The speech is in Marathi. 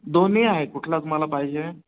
दोन्ही आहे कुठला तुम्हाला पाहिजे